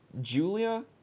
Julia